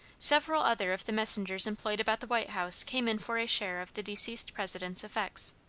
several other of the messengers employed about the white house came in for a share of the deceased president's effects.